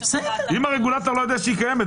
אם הרגולטור לא יודע שהיא קיימת,